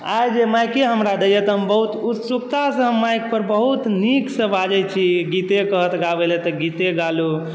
आइ जे माइके हमरा रहैया तऽ हम बहुत उत्सुकतासँ हम माईके पर बहुत नीकसँ बाजै छी गीते कहत गाबैलए तऽ गीते गा लेलहुँ